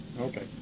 Okay